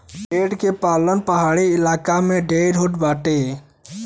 भेड़ के पालन पहाड़ी इलाका में ढेर होत बाटे